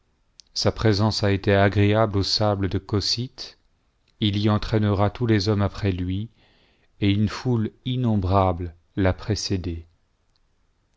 sa présence a été agréable aux sables du cocyte il y entraînera tous les hommes après lui et une foule innombrable l'a précédé